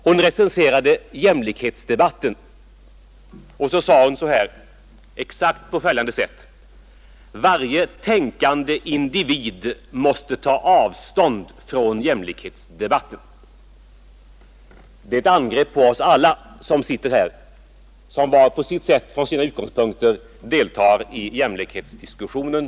Hon recenserade jämlikhetsdebatten och sade exakt på följande sätt: ”Varje tänkande individ måste ta avstånd från jämlikhetsdebatten.” Det är ett angrepp på oss alla som sitter här och som var och en på sitt sätt och från sina utgångspunkter deltar i jämlikhetsdiskussionen.